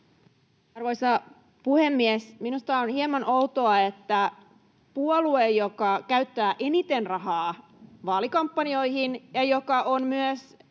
Arvoisa puhemies! Minusta on hieman outoa, että nimenomaan se puolue, joka käyttää eniten rahaa vaalikampanjoihin ja joka on myös